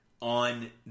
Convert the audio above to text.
on